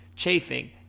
chafing